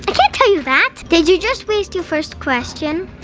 can't tell you that. did you just waste your first question?